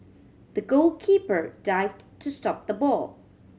the goalkeeper dived to stop the ball